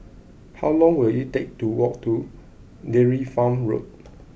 how long will it take to walk to Dairy Farm Road